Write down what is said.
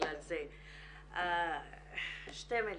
-- שתי מילים.